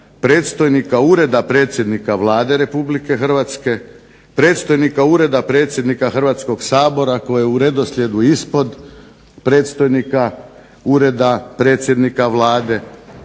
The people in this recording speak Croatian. predstojnika Ureda predsjednika Vlade Republike Hrvatske, predstojnika ureda predsjednika Hrvatskog sabora koji je u redoslijedu ispod predstojnika predsjednika Vlade a